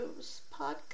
podcast